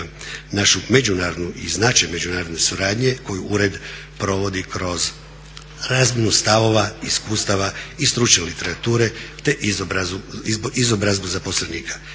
našu međunarodnu i značaj međunarodne suradnje koji ured provodi kroz razmjenu stavova, iskustava i stručne literature te izobrazbu zaposlenika.